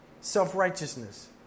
Self-righteousness